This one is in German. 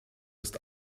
ist